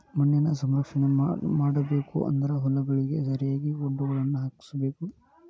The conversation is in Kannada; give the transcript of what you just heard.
ಮಣ್ಣಿನ ಸಂರಕ್ಷಣೆ ಮಾಡಬೇಕು ಅಂದ್ರ ಹೊಲಗಳಿಗೆ ಸರಿಯಾಗಿ ವಡ್ಡುಗಳನ್ನಾ ಹಾಕ್ಸಬೇಕ